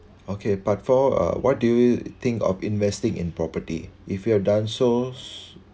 okay but for uh what do you think of investing in property if you have done so